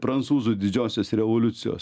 prancūzų didžiosios revoliucijos